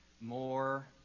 more